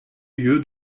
lieu